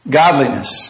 godliness